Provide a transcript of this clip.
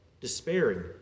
despairing